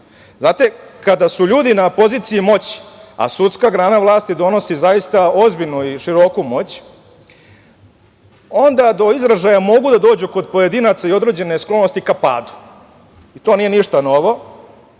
način? Znate, kada su ljudi na poziciji moći, a sudska grana vlasti donosi, zaista ozbiljnu i široku moć onda do izražaja mogu da dođu kod pojedinaca i određene sklonosti ka padu. To nije ništa novo,